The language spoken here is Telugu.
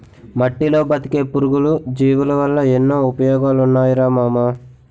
మట్టిలో బతికే పురుగులు, జీవులవల్ల ఎన్నో ఉపయోగాలున్నాయిరా మామా